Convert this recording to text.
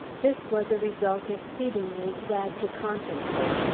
this was a result exceedingly sad to contemplate,